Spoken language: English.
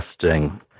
testing